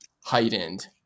heightened